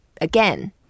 again